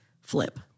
flip